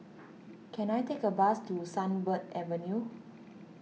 can I take a bus to Sunbird Avenue